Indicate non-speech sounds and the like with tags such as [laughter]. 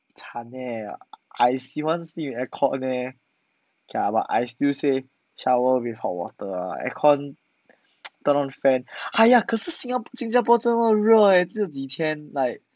惨 leh I 喜欢 sleep in aircon leh okay lah but I still say shower with hot water lah aircon [noise] turn on fan !haiya! 可是 singa~ 新加坡这么热 eh 这几天 like